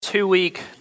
two-week